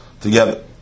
together